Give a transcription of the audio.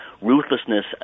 ruthlessness